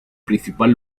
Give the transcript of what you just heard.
principal